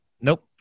Nope